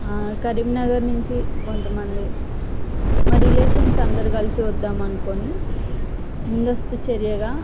ఆ కరీంనగర్ నుంచి కొంత మంది మా రిలేషన్స్ అందరు కలిసి వద్దామని అనుకొని ముందస్తు చర్యగా